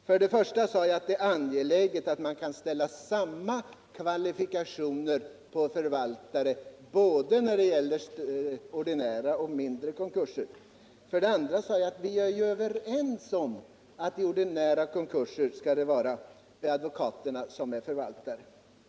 För det första sade jag att det är angeläget att man kan ställa samma kravbpå kvalifikationer för förvaltare när det gäller både ordinära och mindre konkurser. För det andra sade jag att vi är överens om att vid ordinära konkurser skall advokaterna vara förvaltare.